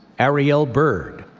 ariel byrd.